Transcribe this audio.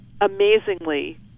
amazingly